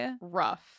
rough